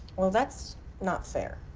well, that's not fair.